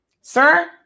sir